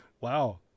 wow